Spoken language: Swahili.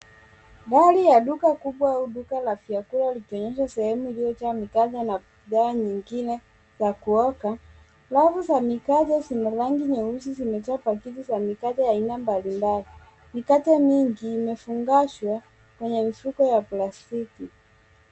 Ndani ya duka kubwa au duka la vyakula limeonyesha sehemu iliyojaa mikate na bidhaa nyingine za kuoka. Rafu za mikate zenye rangi nyeusi zimejaa pakiti za mikate aina mbalimbali. Mikate mingi imefungashwa kwenye mifuko ya plastiki.